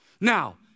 Now